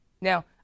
Now